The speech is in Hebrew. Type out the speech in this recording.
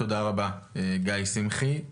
תודה רבה גיא שמחי.